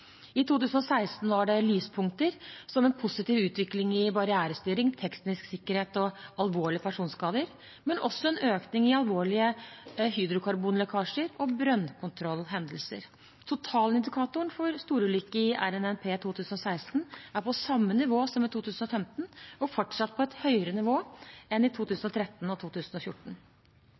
I 2016 var det lyspunkter, som en positiv utvikling i barrierestyring, teknisk sikkerhet og alvorlige personskader, men også en økning i alvorlige hydrokarbonlekkasjer og brønnkontrollhendelser. Totalindikatoren for storulykker i RNNP 2016 er på samme nivå som i 2015 og fortsatt på et høyere nivå enn i 2013 og 2014.